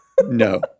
No